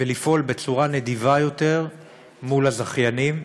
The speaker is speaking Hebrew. ולפעול בצורה נדיבה יותר מול הזכיינים.